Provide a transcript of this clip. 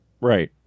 Right